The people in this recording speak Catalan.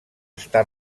està